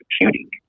Computing